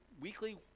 weekly